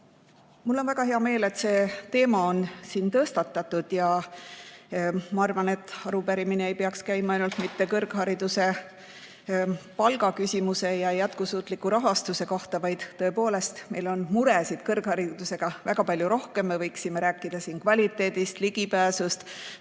Mul on väga hea meel, et see teema on siin tõstatatud. Ma arvan, et arupärimine ei peaks käima ainult kõrghariduse palgaküsimuse ja jätkusuutliku rahastuse kohta. Tõepoolest, meil on muresid kõrgharidusega väga palju rohkem: me võiksime rääkida kvaliteedist, ligipääsust,